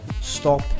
Stop